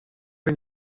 این